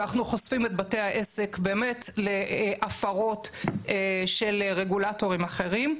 ואנחנו חושפים את בתי העסק באמת להפרות של רגולטורים אחרים.